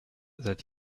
that